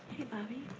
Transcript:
bobbie?